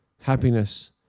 happiness